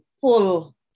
pull